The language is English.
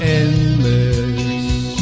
endless